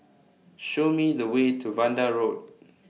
Show Me The Way to Vanda Road